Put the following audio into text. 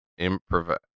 improv